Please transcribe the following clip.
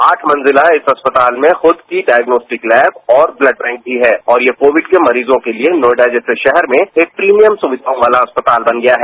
आठ मंजिला इस अस्पताल में खुद की डायगनोस्टिक तैब और ब्लड बैंक भी है और ये कोविड के मरीजों के लिए नोएडा जैसे शहर में एक प्रीमियर सुविघाओं वाला अस्पताल बन गया है